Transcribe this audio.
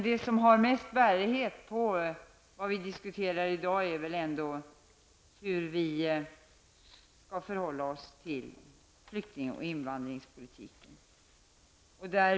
Det som har mest bärighet på vad vi diskuterar i dag är ändå hur vi skall förhålla oss till flykting och invandringspolitiken.